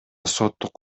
соттук